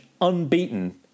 unbeaten